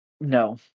no